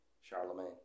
Charlemagne